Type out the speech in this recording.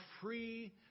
free